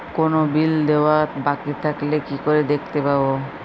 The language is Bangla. কোনো বিল দেওয়া বাকী থাকলে কি করে দেখতে পাবো?